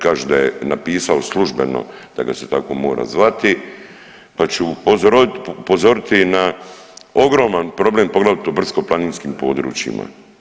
Kaže da je napisao službeno da ga se tako mora zvati, pa ću upozoriti na ogroman problem poglavito brdsko-planinskim područjima.